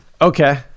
Okay